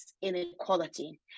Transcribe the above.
inequality